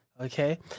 Okay